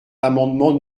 l’amendement